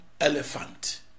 elephant